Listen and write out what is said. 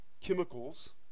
chemicals